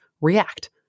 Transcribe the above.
react